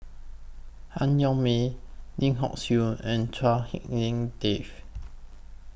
Han Yong May Lim Hock Siew and Chua Hak Lien Dave